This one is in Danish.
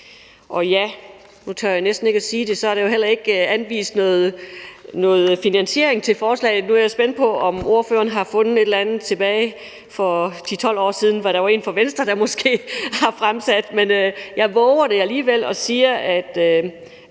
nedefra. Nu tør jeg næsten ikke sige det, men der er heller ikke anvist noget finansiering til forslaget. Nu er jeg spændt på, om ordføreren har fundet et eller andet tilbage fra for 10-12 år siden, hvor der var en fra Venstre, der fremsatte et forslag uden finansiering, men jeg vover alligevel at sige, at